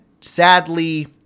sadly